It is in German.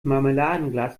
marmeladenglas